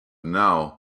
now